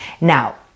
Now